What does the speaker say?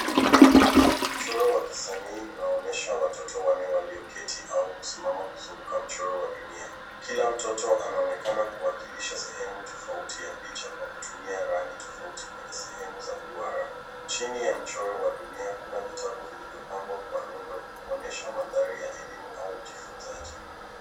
Mchoro wa kisanii unaoonyesha watoto wanne walioketi au kusimama kuzunguka mchoro wa dunia. Kila mtoto anaonekana kuwakilisha sehemu tofauti picha kuwa kutumia rangi tofauti kwenye sehemu za mduara. Chini ya mchoro wa dunia ,kuna vitabu vilivyopangwa kwa rundo kuonyesha mandhari ya elimu au ujifunzaji.